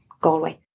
Galway